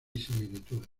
similitudes